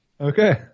Okay